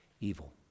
evil